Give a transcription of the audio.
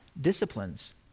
disciplines